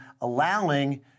allowing